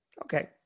Okay